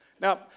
Now